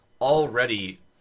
already